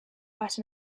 but